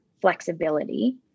flexibility